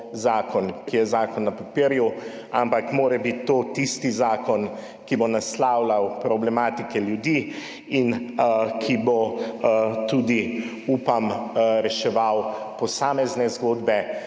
ki je zakon na papirju, ampak mora biti to tisti zakon, ki bo naslavljal problematike ljudi in ki bo tudi, upam, reševal posamezne zgodbe.